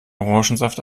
orangensaft